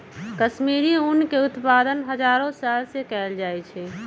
कश्मीरी ऊन के उत्पादन हजारो साल से कएल जाइ छइ